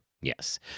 yes